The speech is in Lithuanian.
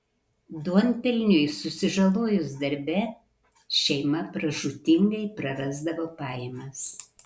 duonpelniui susižalojus darbe šeima pražūtingai prarasdavo pajamas